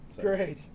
great